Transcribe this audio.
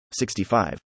65